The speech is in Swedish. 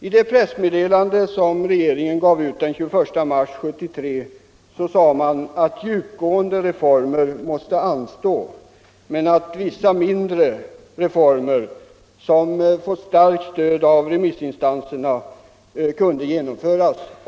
I det pressmeddelande som regeringen gav ut den 21 mars 1973 sade man att djupgående reformer måste anstå, men att vissa mindre reformer, som fått starkt stöd av remissinstanserna, kunde genomföras.